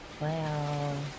wow